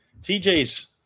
TJ's